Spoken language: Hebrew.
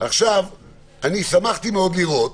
אני שמחתי מאוד לראות